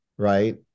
Right